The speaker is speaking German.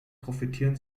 profitieren